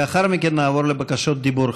לאחר מכן נעבור לבקשות דיבור.